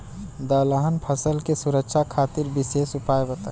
दलहन फसल के सुरक्षा खातिर विशेष उपाय बताई?